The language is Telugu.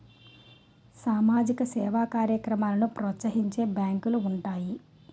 సామాజిక సేవా కార్యక్రమాలను ప్రోత్సహించే బ్యాంకులు ఉంటాయి